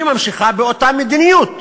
היא ממשיכה באותה מדיניות.